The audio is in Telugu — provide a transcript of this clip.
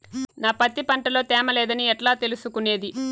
నా పత్తి పంట లో తేమ లేదని ఎట్లా తెలుసుకునేది?